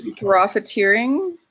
profiteering